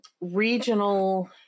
regional